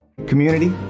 community